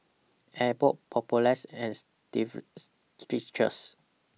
Abbott Papulex and Strepsils